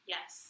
Yes